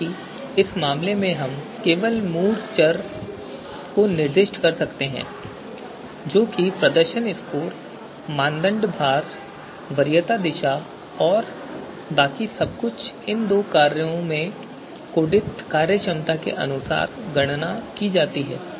हालांकि इस मामले में हम केवल मूल चर निर्दिष्ट कर सकते हैं जो कि प्रदर्शन स्कोर मानदंड का भार वरीयता दिशा और बाकी सब कुछ इन दो कार्यों में कोडित कार्यक्षमता के अनुसार गणना की जाती है